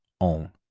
own